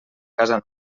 casa